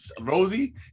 Rosie